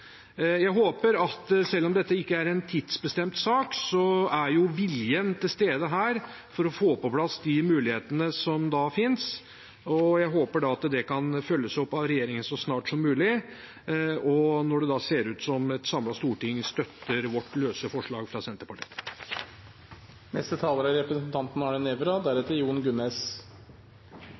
Selv om dette ikke er en tidsbestemt sak, er jo viljen til stede her for å få på plass de mulighetene som finnes. Jeg håper at det kan følges opp av regjeringen så snart som mulig, når det da ser ut som et samlet storting støtter det løse forslaget fra Senterpartiet. Jeg vil først understreke at SV selvfølgelig helst vil ha elektrifisering der det er